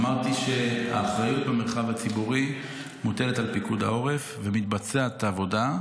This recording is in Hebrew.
אמרתי שהאחריות במרחב הציבורי מוטלת על פיקוד העורף ומתבצעת העבודה.